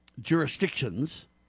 jurisdictions